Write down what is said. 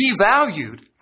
devalued